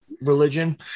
religion